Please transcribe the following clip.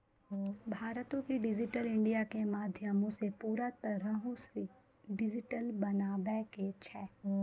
भारतो के digital India के माध्यमो से पूरा तरहो से डिजिटल बनाबै के छै